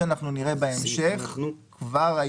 ונגיע לזה בהמשך כשנגיע